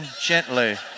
gently